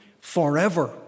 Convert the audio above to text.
forever